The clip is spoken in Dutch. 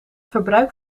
verbruik